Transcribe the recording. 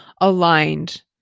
aligned